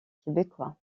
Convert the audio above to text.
québécois